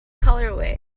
colorway